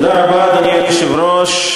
אדוני היושב-ראש,